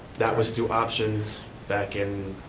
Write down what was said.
that was through options back in